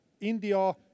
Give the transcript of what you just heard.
India